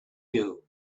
you